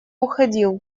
уходил